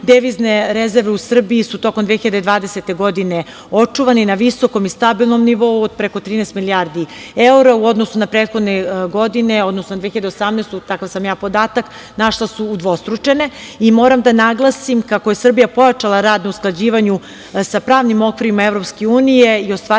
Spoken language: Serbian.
Devizne rezerve u Srbiji su tokom 2020. godine očuvane na visokom i stabilnom nivou od preko 13 milijardi evra u odnosu na prethodne godine, odnosno na 2018. godinu, takav sam ja podatak našla, su udvostručene. Moram da naglasim kako je Srbija pojačala rad na usklađivanju sa pravnim okvirima EU i ostvarila